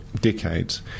decades